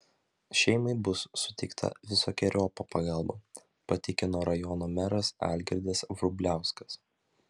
šeimai bus suteikta visokeriopa pagalba patikino rajono meras algirdas vrubliauskas